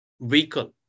vehicle